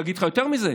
ואני אגיד לך יותר מזה: